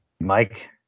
Mike